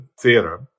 theater